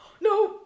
no